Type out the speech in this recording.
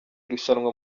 rushanwa